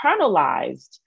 internalized